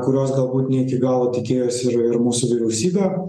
kurios galbūt ne iki galo tikėjosi ir ir mūsų vyriausybė